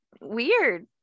weird